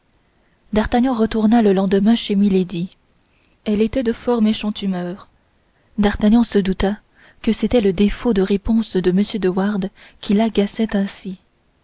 d'artagnan retourna le lendemain chez milady elle était de fort méchante humeur d'artagnan se douta que c'était le défaut de réponse de m de wardes qui l'agaçait ainsi